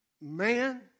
man